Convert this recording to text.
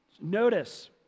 Notice